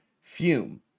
Fume